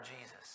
Jesus